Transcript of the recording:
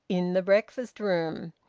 in the breakfast-room!